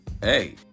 Hey